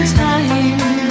time